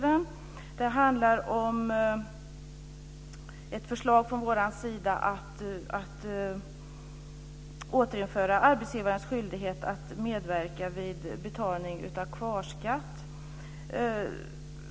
Den handlar om ett förslag från vår sida om att återinföra arbetsgivarens skyldighet att medverka vid betalning av kvarskatt.